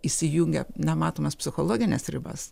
įsijungia nematomas psichologines ribas